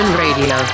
radio